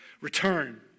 Return